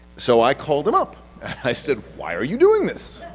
so, i called him up and i said, why are you doing this?